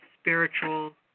spiritual